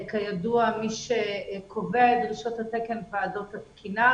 כידוע, מי שקובע את דרישות התקן הן ועדות התקינה.